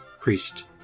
priest